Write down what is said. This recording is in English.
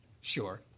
Sure